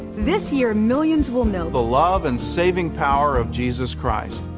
this year millions will know. the love and saving power of jesus christ.